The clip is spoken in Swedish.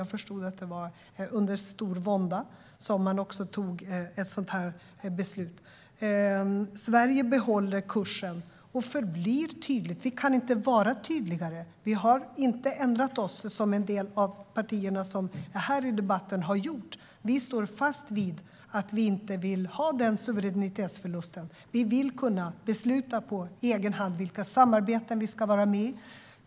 Jag förstod att det var under stor vånda som man fattade ett sådant beslut. Sverige behåller kursen och förblir tydligt. Vi kan inte vara tydligare. Vi har inte ändrat oss, som en del av partierna som är representerade här i debatten har gjort. Vi står fast vid att vi inte vill ha den suveränitetsförlusten. Vi vill kunna besluta på egen hand vilka samarbeten vi ska vara med i.